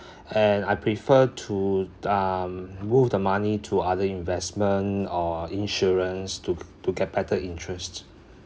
and I prefer to uh move the money to other investment or insurance to to get better interests